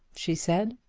she said.